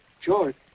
George